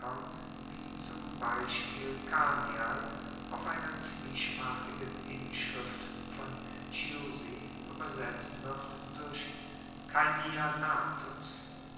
wie zum beispiel canial auf einer zwiesprachigen inschrift von chiusi uebersetzt wird durch